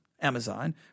Amazon